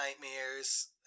nightmares